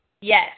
Yes